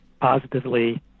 positively